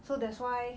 so that's why